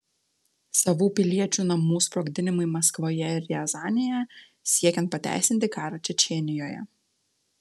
savų piliečių namų sprogdinimai maskvoje ir riazanėje siekiant pateisinti karą čečėnijoje